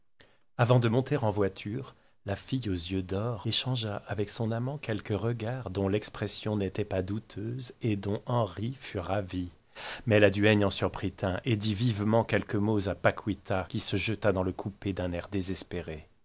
avant de monter en voiture la fille aux yeux d'or échangea avec son amant quelques regards dont l'expression n'était pas douteuse et dont henri fut ravi mais la duègne en surprit un et dit vivement quelques mots à paquita qui se jeta dans le coupé d'un air désespéré